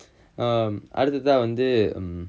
um அடுத்ததா வந்து:aduthathaa vanthu um